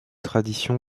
tradition